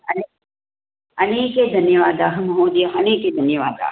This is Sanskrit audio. अने अनेके धन्यवादाः महोदय अनेके धन्यवादाः